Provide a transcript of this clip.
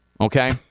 okay